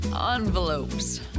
Envelopes